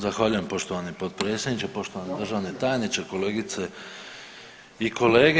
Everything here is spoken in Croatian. Zahvaljujem poštovani potpredsjedniče, poštovani državni tajniče, kolegice i kolege.